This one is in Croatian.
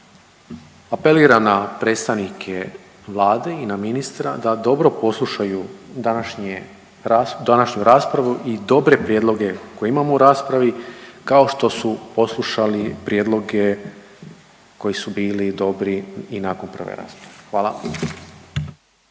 Apeliram na predstavnike Vlade i na ministra da dobro poslušaju današnju raspravu i dobre prijedloge koje imamo u raspravi kao što su poslušali prijedloge koji su bili dobri i nakon prve rasprave. Hvala.